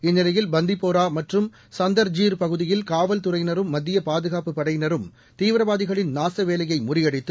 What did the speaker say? இந்நிலையில் பந்திப்போரா மற்றும் சந்தர்ஜீர் பகுதியில் காவல்துறையினரும் மத்திய பாதுகாப்புப் படையினரும் தீவிரவாதிகளின் நாச வேலையை முறியடித்து